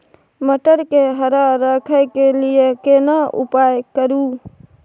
मटर के हरा रखय के लिए केना उपाय करू?